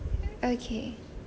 okay